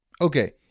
Okay